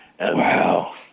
Wow